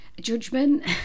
judgment